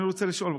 אני רוצה לשאול,